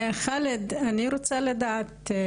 חאלד, אני רוצה לדעת משהו.